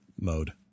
mode